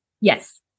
Yes